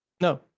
No